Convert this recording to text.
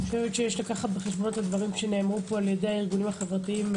יש לקחת בחשבון את הדברים שנאמרו פה על ידי הארגונים החברתיים,